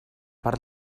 part